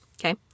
Okay